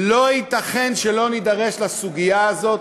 לא ייתכן שלא נידרש לסוגיה הזאת,